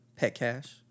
Petcash